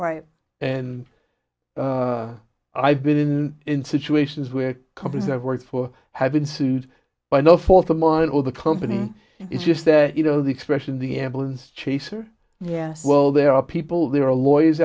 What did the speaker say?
right and i've been in situations where companies i've worked for have been sued by no fault of mine or the company it's just that you know the expression the ambulance chaser yeah well there are people there are lawyers